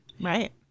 Right